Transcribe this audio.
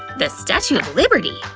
the statue of liberty!